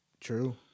True